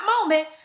moment